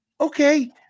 okay